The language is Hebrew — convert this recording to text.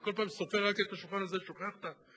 אני כל פעם סופר רק את השולחן הזה ושוכח את האמצעי.